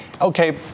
okay